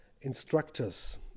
instructors